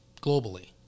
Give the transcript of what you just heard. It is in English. globally